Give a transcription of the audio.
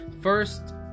First